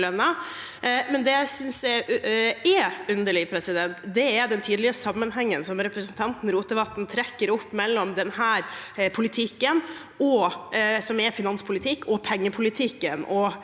Det jeg synes er underlig, er den tydelige sammenhengen representanten Rotevatn trekker opp mellom denne politikken,